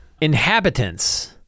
Inhabitants